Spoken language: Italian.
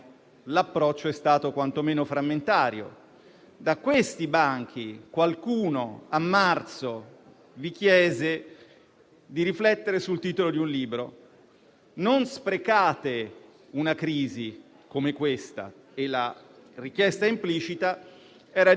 Abbiamo visto in questa maggioranza che finalmente si comincia a vedere qualcosa che va, ma resta ancora molto che non va. Io comincerò dal sottolineare quello che va. Si nota una certa resipiscenza, finalmente;